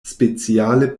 speciale